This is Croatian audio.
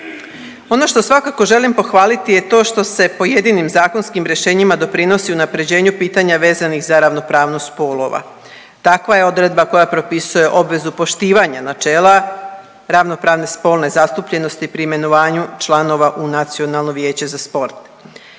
Ono što svakako želim pohvaliti je to što se pojedinim zakonskim rješenjima doprinosi unapređenju pitanja vezanih za ravnopravnost spolova, takva je odredba koja propisuje obvezu poštivanja načela ravnopravne spolne zastupljenosti pri imenovanju članova u Nacionalno vijeće za sport.